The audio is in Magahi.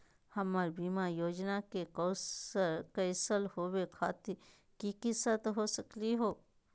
हमर बीमा योजना के कैन्सल होवे खातिर कि कि शर्त हो सकली हो?